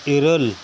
ᱤᱨᱟᱹᱞ